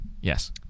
Yes